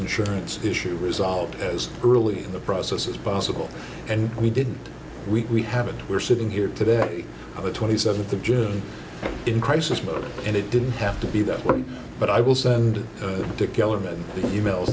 insurance issue resolved as early in the process as possible and we didn't we haven't we're sitting here today on the twenty seventh of june in crisis mode and it didn't have to be that way but i will send to kellermann the e mails